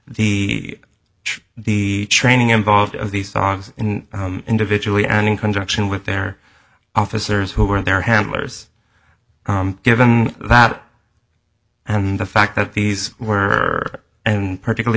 the the training involved of these dogs and individually and in conjunction with their officers who were in their handlers given that and the fact that these were and particularly